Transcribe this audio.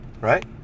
right